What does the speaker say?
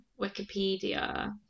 Wikipedia